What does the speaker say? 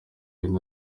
gen